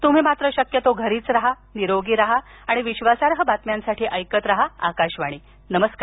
तुम्ही मात्र शक्यतो घरीच राहा निरोगी राहा आणि विश्वासार्ह बातम्यांसाठी ऐकत राहा आकाशवाणी नमस्कार